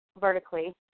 vertically